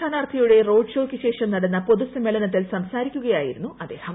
സ്ഥാനാർത്ഥിയുടെ റോഡ് ഷോയ്ക്ക് ശേഷം നടന്ന പൊതു സമ്മേളനത്തിൽ സംസാരിക്കുകയായിരുന്നു അദ്ദേഹം